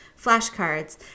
flashcards